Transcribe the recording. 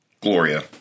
Gloria